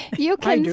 you can, i do,